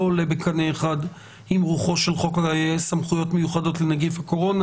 עולה בקנה אחד עם רוחו של חוק סמכויות מיוחדות לנגיף הקורונה.